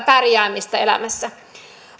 pärjäämistä elämässä